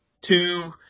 two